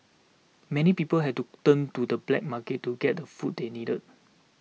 many people had to turn to the black market to get the food they needed